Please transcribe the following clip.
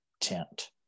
tent